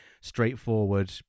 straightforward